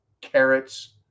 carrots